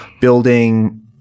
building